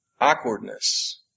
Awkwardness